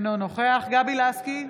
אינו נוכח גבי לסקי,